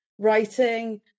writing